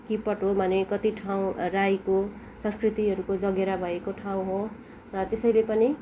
किपट हो भने कति ठाउँ राईको संस्कृतिहरूको जगेरा भएको ठाउँ हो र त्यसैले पनि